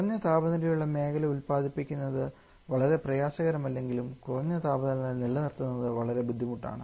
കുറഞ്ഞ താപനിലയുള്ള മേഖല ഉത്പാദിപ്പിക്കുന്നത് വളരെ പ്രയാസകരമല്ലെങ്കിലും കുറഞ്ഞ താപനില നിലനിർത്തുന്നത് വളരെ ബുദ്ധിമുട്ടാണ്